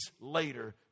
later